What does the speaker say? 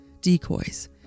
decoys